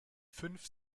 fünf